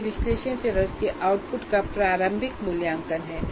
यह विश्लेषण चरण के आउटपुट का प्रारंभिक मूल्यांकन है